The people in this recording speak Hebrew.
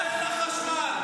אבל לא רואים אותך.